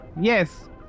yes